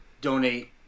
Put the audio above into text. donate